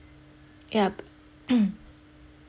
yup